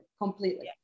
completely